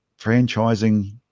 franchising